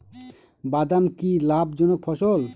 বাদাম কি লাভ জনক ফসল?